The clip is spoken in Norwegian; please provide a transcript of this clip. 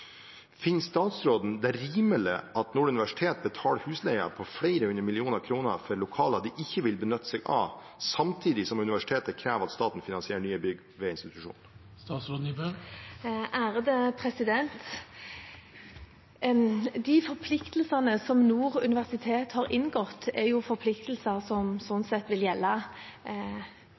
Finner statsråden det rimelig at Nord universitet betaler husleie på flere hundre millioner kroner for lokaler de ikke vil benytte seg av, samtidig som universitetet krever at staten finansierer nye bygg på hver institusjon? De forpliktelsene som Nord universitet har inngått, er forpliktelser som, slik sett, fortsatt vil gjelde